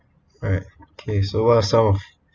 alright okay so what are some of